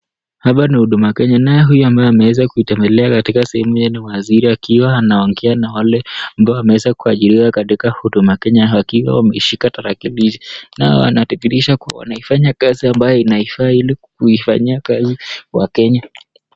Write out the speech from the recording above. Hapa ni huduma Kenya naye huyu ambaye ameweza kuitembelea katika sehemu hii ni waziri akiwa anaongea na wale amabo wameweza kuajiriwa katika huduma Kenya wakiwa wameshika tarakilishi. Nao wanadhihirisha kuwa wanaifanya kazi ambayo inafaa ili kuifanyia kazi wakenya.